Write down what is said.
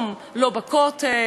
לא במקוואות,